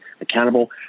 accountable